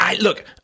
look